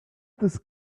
this